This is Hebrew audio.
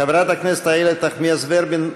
חברת הכנסת איילת נחמיאס ורבין,